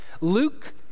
Luke